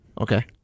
Okay